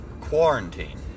quarantine